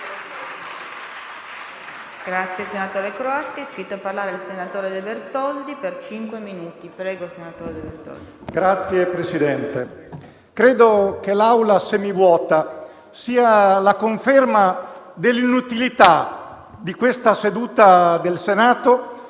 credo che l'Aula semivuota sia la conferma dell'inutilità di questa seduta del Senato,